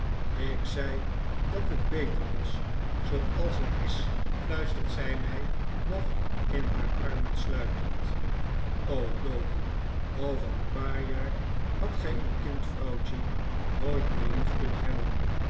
ik zei dat het beter was zooals het is fluistert zij mij nog in haar armen sluitend o doady over een paar jaar hadt gij uw kind vrouwtje nooit meer lief kunnen hebben